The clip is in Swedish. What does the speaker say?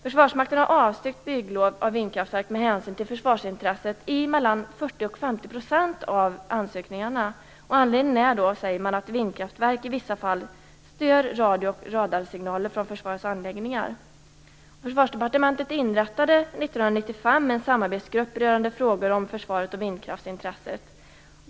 Försvarsmakten har med hänsyn till försvarsintresset avstyrkt 40-50 % av ansökningarna om bygglov av vindkraftverk. Anledningen är, säger man, att vindkraftverk i vissa fall stör radio och radarsignaler från försvarets anläggningar. Försvarsdepartementet inrättade 1995 en samarbetsgrupp rörande frågor om försvaret och vindkraftsintresset.